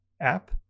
app